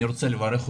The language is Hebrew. אני רוצה לברך אותך,